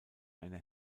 eine